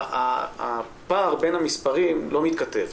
הפער בין המספרים לא מתכתב.